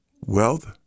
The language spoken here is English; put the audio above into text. wealth